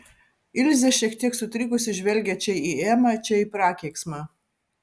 ilzė šiek tiek sutrikusi žvelgė čia į emą čia į prakeiksmą